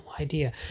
idea